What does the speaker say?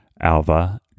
Alva